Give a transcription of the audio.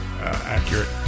accurate